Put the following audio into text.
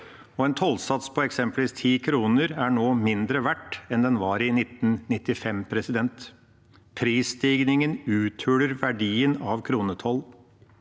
En tollsats på eksempelvis 10 kr er nå mindre verdt enn den var i 1995. Prisstigningen uthuler verdien av kronetoll.